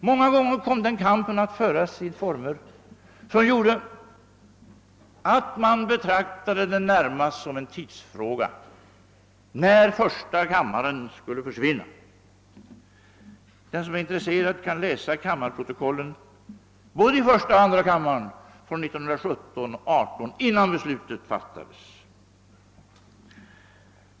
Många gånger kom den kampen att föras i former som gjorde att man betraktade det närmast som en tidsfråga när första kammaren skulle försvinna. Den som är intresserad kan läsa protokollen från både första och andra kammaren åren 1917 och 1918 innan beslutet fattades.